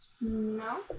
No